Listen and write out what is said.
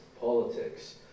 politics